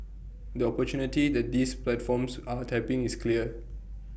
the opportunity that these platforms are tapping is clear